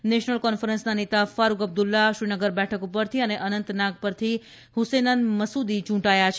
national કોન્ફરન્સના નેતા ફારૂક અબ્દુલ્લા શ્રીનગર બેઠક પરથી અને અનંતનાગ પરતી હુસેનન મસૂદી ચૂંટાયા છે